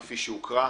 כפי שהוקרא.